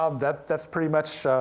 um that's pretty much,